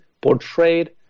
portrayed